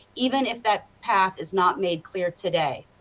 even if that path is not made clear today.